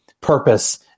purpose